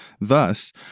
Thus